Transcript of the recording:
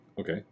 Okay